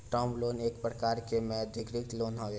term loan एक प्रकार के मौदृक लोन हवे